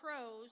pros